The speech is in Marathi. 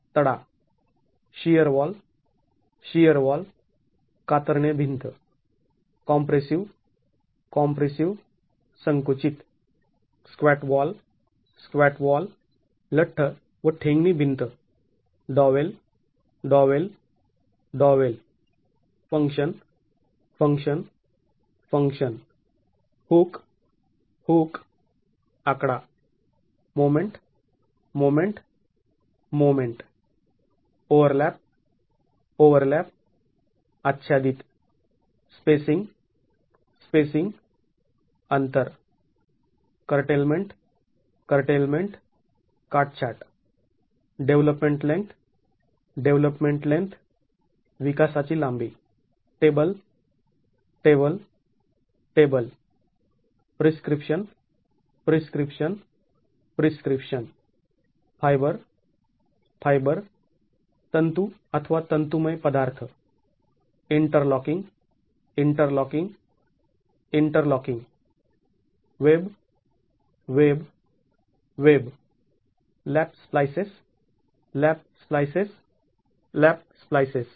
तर यासह घटक स्तराचे डिझाईन पैलू पूर्ण होत आहेत